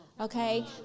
Okay